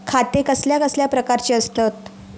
खाते कसल्या कसल्या प्रकारची असतत?